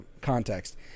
context